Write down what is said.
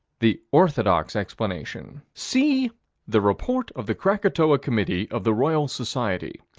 the orthodox explanation see the report of the krakatoa committee of the royal society.